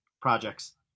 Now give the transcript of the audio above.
Projects